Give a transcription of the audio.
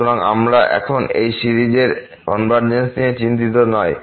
সুতরাং আমরা এখন এই সিরিজ এর কনভারজেন্স নিয়ে চিন্তিত নয়